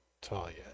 Talia